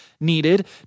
needed